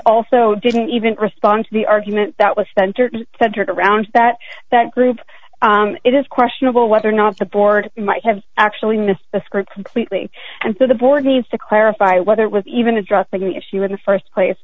also didn't even respond to the argument that was spencer centered around that that group it is questionable whether or not the board might have actually missed the script completely and so the board needs to clarify whether it was even addressing the issue in the st place